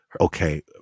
Okay